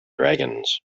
dragons